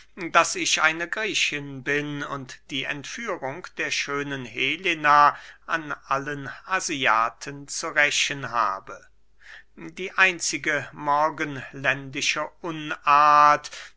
daß ich eine griechin bin und die entführung der schönen helena an allen asiaten zu rächen habe die einzige morgenländische unart